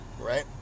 right